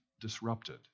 disrupted